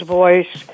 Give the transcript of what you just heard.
voice